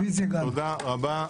גם בועז.